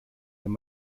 wenn